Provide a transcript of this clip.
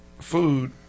Food